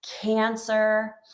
cancer